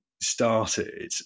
started